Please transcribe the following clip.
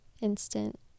instant